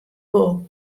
wol